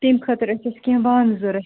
تمہِ خٲطرٕ ٲسۍ اَسہِ کہیٚنٛہ بانہٕ ضروٗرت